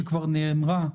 שכבר נאמרה,